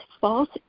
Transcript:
false